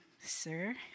sir